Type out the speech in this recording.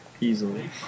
Easily